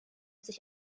sich